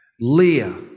Leah